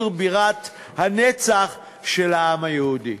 בירת הנצח של העם היהודי.